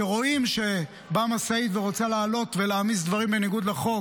שרואים שבאה משאית ורוצה לעלות ולהעמיס דברים בניגוד לחוק,